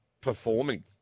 performing